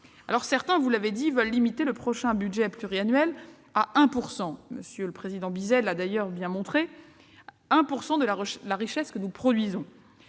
Certains, vous l'avez dit, veulent limiter le prochain budget pluriannuel- M. le président Bizet l'a d'ailleurs bien montré -, à 1 % de la richesse que nous produisons,